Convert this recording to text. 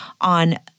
on